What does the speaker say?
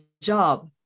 job